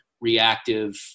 reactive